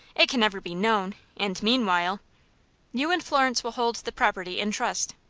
it can never be known, and meanwhile you and florence will hold the property in trust.